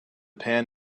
pan